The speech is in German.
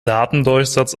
datendurchsatz